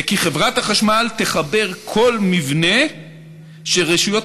חברת החשמל תחבר כל מבנה שרשויות